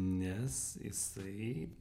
nes jisai